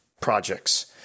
projects